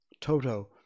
toto